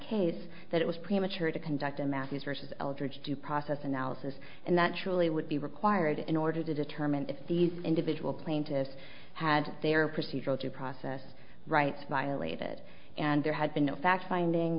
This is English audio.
case that it was premature to conduct a matthews versus eldridge due process analysis and that surely would be required in order to determine if these individual plaintiffs had their procedural due process rights violated and there had been no fact finding